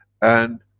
and,